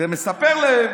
ומספר להם: